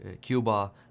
Cuba